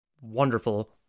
Wonderful